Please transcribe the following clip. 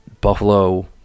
Buffalo